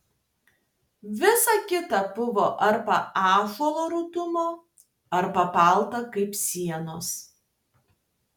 visa kita buvo arba ąžuolo rudumo arba balta kaip sienos